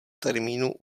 termínu